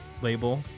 label